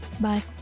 Bye